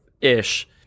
Ish